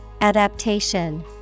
Adaptation